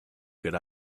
good